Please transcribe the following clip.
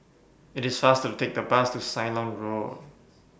IT IS faster to Take The Bus to Ceylon Road